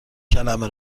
کلمه